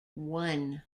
one